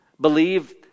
believe